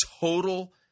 total